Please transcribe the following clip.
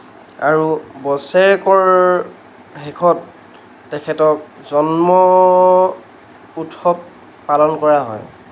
আৰু বছেৰেকৰ শেষত তেখেতক জন্ম উৎসৱ পালন পৰা হয়